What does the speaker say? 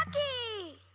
a a